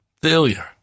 failure